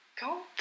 go